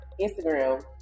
Instagram